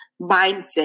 mindset